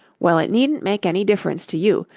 well, it needn't make any difference to you,